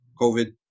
COVID